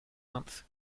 month